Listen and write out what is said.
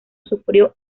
sufrió